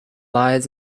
lies